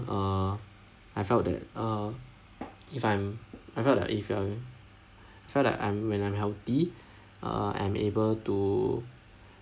uh I felt that uh if I'm I felt that if uh felt like I'm when I'm healthy uh I am able to